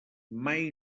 mai